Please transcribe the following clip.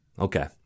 Okay